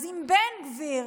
אז אם לבן גביר